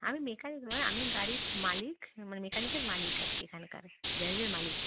আমি মেকানিক নয় আমি গাড়ির মালিক মানে মেকানিকের মালিক আর কি এখানকার গ্যারেজের মালিক